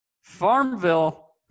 Farmville